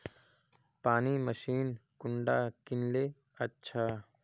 पानी मशीन कुंडा किनले अच्छा?